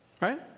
Right